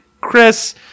Chris